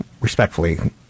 respectfully